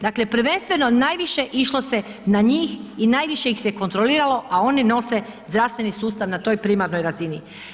Dakle prvenstveno najviše išlo se na njih i najviše ih se kontroliralo a oni nose zdravstveni sustav na toj primarnoj razini.